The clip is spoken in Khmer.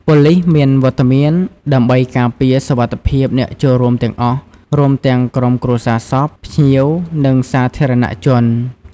ប៉ូលីសមានវត្តមានដើម្បីការពារសុវត្ថិភាពអ្នកចូលរួមទាំងអស់ រួមទាំងក្រុមគ្រួសារសព ភ្ញៀវ និងសាធារណជន។